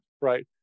right